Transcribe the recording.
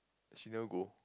she never go